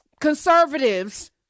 conservatives